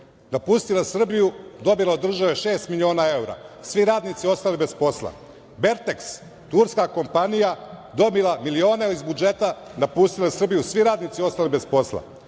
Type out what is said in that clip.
napustila Srbiju, dobila od države šest miliona evra. Svi radnici ostali bez posla, „Berteks“, turska kompanija dobila milione iz budžeta, napustila Srbiju, svi radnici ostali bez posla,